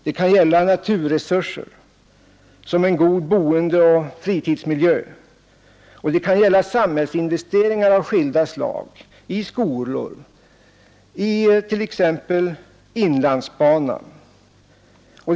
Det kan gälla naturresurser såsom en god boendeoch fritidsmiljö, och det kan gälla samhällsinvesteringar av skilda slag i skolor, i inlandsbanan osv.